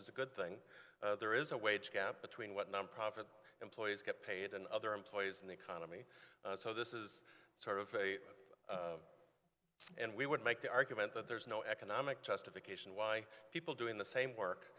is a good thing there is a wage gap between what nonprofit employees get paid and other employees in the economy so this is sort of a and we would make the argument that there's no economic justification why people doing the same